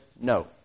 no